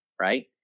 Right